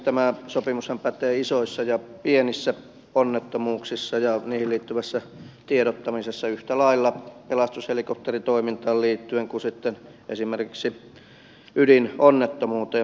tämä sopimushan pätee isoissa ja pienissä onnettomuuksissa ja niihin liittyvässä tiedottamisessa yhtä lailla pelastushelikopteritoimintaan liittyen kuin sitten esimerkiksi ydinonnettomuuteen